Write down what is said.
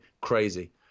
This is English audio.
crazy